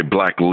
Black